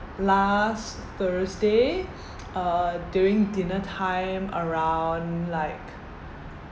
last thursday uh during dinner time around like